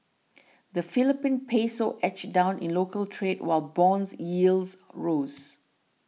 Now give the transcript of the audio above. the Philippine Peso edged down in local trade while bond yields rose